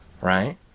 right